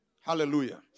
Hallelujah